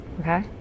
Okay